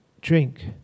drink